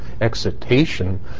excitation